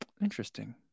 Interesting